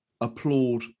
applaud